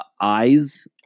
eyes